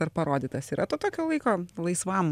ar parodytas yra tokio laiko laisvam